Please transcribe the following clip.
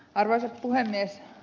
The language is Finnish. arvoisa puhemies